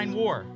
war